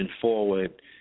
forward